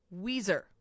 Weezer